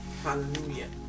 Hallelujah